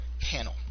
panel